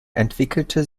entwickelte